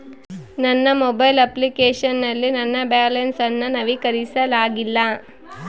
ನನ್ನ mobile application ನಲ್ಲಿ ನನ್ನ ಬ್ಯಾಲೆನ್ಸ್ ಅನ್ನು ನವೀಕರಿಸಲಾಗಿಲ್ಲ